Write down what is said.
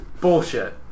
Bullshit